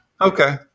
Okay